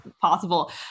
possible